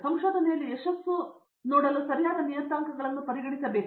ಸಂಶೋಧನೆಯಲ್ಲಿ ಯಶಸ್ಸು ನೋಡಲು ಸರಿಯಾದ ನಿಯತಾಂಕಗಳನ್ನು ಪರಿಗಣಿಸಬೇಕು